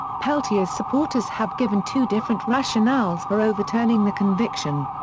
peltier's supporters have given two different rationales for overturning the conviction.